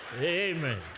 Amen